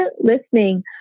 listening